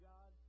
God